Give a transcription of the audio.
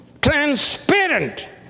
Transparent